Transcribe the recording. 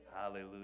hallelujah